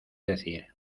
decir